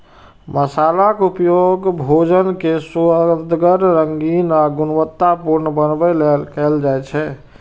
मसालाक उपयोग भोजन कें सुअदगर, रंगीन आ गुणवतत्तापूर्ण बनबै लेल कैल जाइ छै